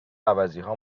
عوضیها